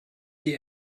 die